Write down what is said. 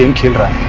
and killer